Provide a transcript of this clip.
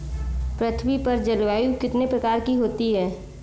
पृथ्वी पर जलवायु कितने प्रकार की होती है?